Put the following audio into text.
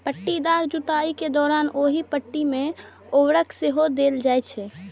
पट्टीदार जुताइ के दौरान ओहि पट्टी मे उर्वरक सेहो देल जाइ छै